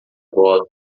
bola